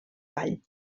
ball